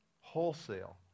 wholesale